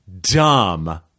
dumb